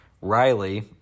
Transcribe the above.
Riley